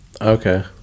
Okay